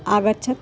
आगच्छत्